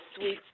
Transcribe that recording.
sweet